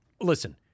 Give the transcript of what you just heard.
Listen